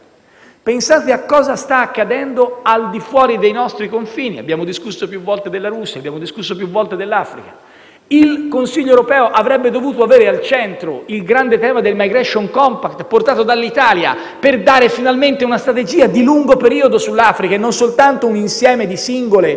Pensate a cosa sta accadendo al di fuori dei nostri confini. Abbiamo discusso più volte della Russia e dell'Africa. Il Consiglio europeo avrebbe dovuto avere al centro il grande tema del *migration compact*, portato dall'Italia per dare finalmente una strategia di lungo periodo sull'Africa e non soltanto un insieme di singole